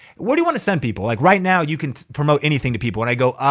what do you wanna send people? like right now you can promote anything to people. and i go